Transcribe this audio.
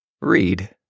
read